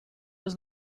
does